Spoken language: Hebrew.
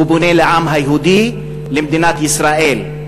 הוא פונה לעם היהודי, למדינת ישראל.